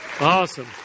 Awesome